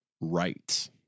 right